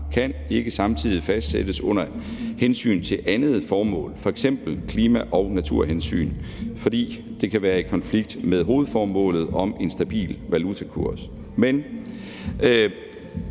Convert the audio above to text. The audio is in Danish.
kan ikke samtidig fastsættes under hensyn til et andet formål, f.eks. klima- og naturhensyn, for det kan være i konflikt med hovedformålet om en stabil valutakurs. Man